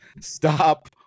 Stop